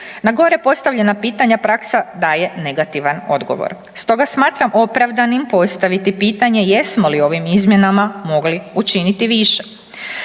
Na gore postavljena pitanja praksa daje negativan odgovor. Stoga smatram opravdanim postaviti pitanje, jesmo li ovim izmjenama mogli učiniti više?